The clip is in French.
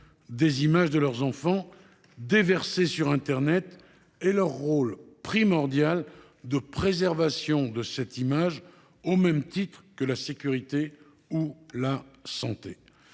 des images de leurs enfants déversées sur internet et sur leur rôle primordial de préservation de cette image, au même titre que la sécurité ou la santé.